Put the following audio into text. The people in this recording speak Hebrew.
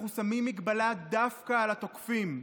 אנחנו שמים הגבלה דווקא על התוקפים.